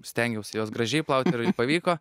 stengiausi juos gražiai plauti ir pavyko